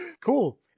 Cool